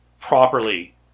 properly